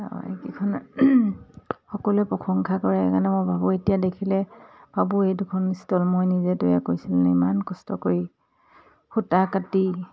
এইকেইখন সকলোৱে প্ৰশংসা কৰে সেইকাৰণে মই ভাবোঁ এতিয়া দেখিলে ভাবোঁ এই দুখন ষ্টল মই নিজে তৈয়াৰ কৰিছিলোঁ ইমান কষ্ট কৰি সূতা কাটি